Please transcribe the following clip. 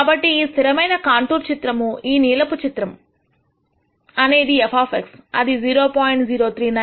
కాబట్టి ఈ స్థిరమైన కాంటూర్ చిత్రము ఈ నీలపు చిత్రము అనేది f అది 0